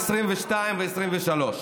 2022 ו-2023.